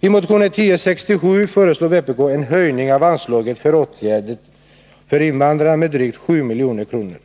I motionen 1067 föreslår vpk en höjning av anslaget för åtgärder för invandrare med drygt 7 milj.kr.